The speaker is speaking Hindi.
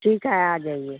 ठीक है आ जाइए